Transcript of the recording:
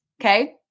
Okay